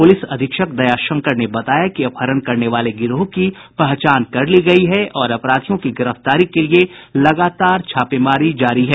police अधीक्षक दयाशंकर ने बताया कि अपहरण करने वाले गिरोह की पहचान कर ली गयी है और अपराधियों की गिरफ्तारी के लिये लगातार छापेमारी की जा रही है